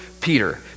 Peter